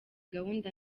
gahunda